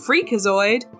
Freakazoid